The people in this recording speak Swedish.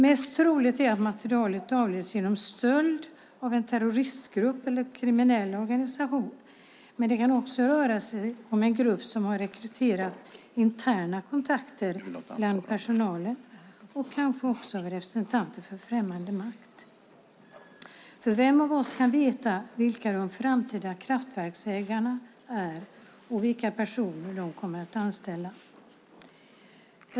Mest troligt är att materialet avleds genom stöld av en terroristgrupp eller kriminell organisation, men det kan också röra sig om en grupp som har rekryterat interna kontakter bland personalen och kanske också representanter för främmande makt. Vem av oss kan veta vilka de framtida kraftverksägarna är och vilka personer de kommer att anställa?